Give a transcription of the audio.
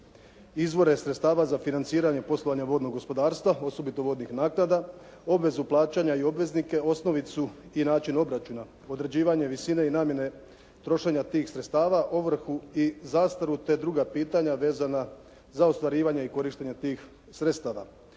izvore sredstava za financiranje poslovanja vodnog gospodarstva osobito vodnih naknada, obvezu plaćanja i obveznike, osnovicu i način obračuna, određivanje visine i namjene trošenja tih sredstava, ovrhu i zastaru te druga pitanja vezana za ostvarivanje i korištenje tih sredstava.